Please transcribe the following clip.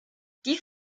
dies